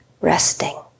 resting